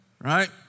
Right